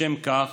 לשם כך